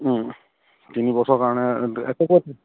তিনিবছৰৰ কাৰণে